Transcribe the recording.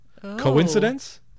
Coincidence